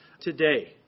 today